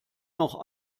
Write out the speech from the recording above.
noch